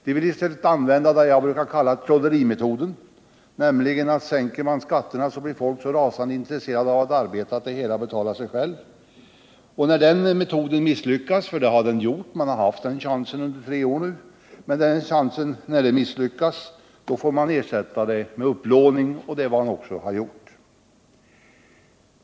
De vill i stället använda det jag brukar kalla trollerimetoden, nämligen att om man sänker skatterna, blir folk så rasande intresserade av att arbeta att det hela betalar sig självt. När den metoden misslyckas — och det har den gjort under de tre år man har haft chansen att använda den - får man ersätta bortfallet med upplåning. Och det har man också gjort.